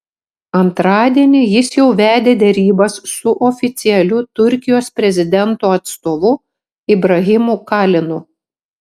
antradienį jis jau vedė derybas su oficialiu turkijos prezidento atstovu ibrahimu kalinu